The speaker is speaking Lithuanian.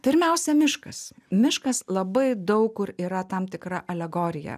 pirmiausia miškas miškas labai daug kur yra tam tikra alegorija